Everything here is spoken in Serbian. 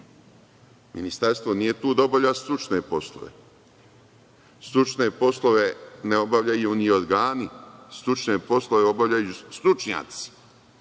Ministarstvo nije tu da obavlja stručne poslove. Stručne poslove ne obavljaju ni organi, stručne poslove obavljaju stručnjaci.